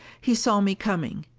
he saw me coming.